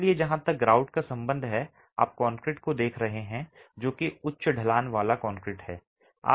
इसलिए जहां तक ग्राउट का संबंध है आप कंक्रीट को देख रहे हैं जो कि उच्च ढलान वाला कंक्रीट है